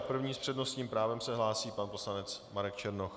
První s přednostním právem se hlásí pan poslanec Marek Černoch.